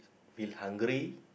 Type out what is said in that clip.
feel hungry